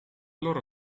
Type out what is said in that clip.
loro